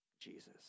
Jesus